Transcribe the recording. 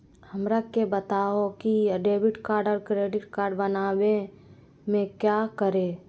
हमरा के बताओ की डेबिट कार्ड और क्रेडिट कार्ड बनवाने में क्या करें?